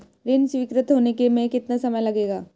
ऋण स्वीकृत होने में कितना समय लगेगा?